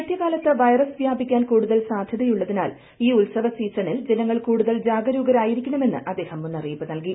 ശൈത്യകാലത്ത് വൈറസ് വ്യാപിക്കാൻ കൂടുതൽ സാധ്യതയുള്ളതിനാൽ ഈ ഉത്സവ സീസണിൽ ജനങ്ങൾ കൂടുതൽ ജാഗരൂകരായിരിക്കണം എന്ന് അദ്ദേഹം മുന്നറിയിപ്പ് നൽകി